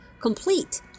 complete